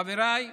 חבריי,